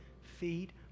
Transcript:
Feed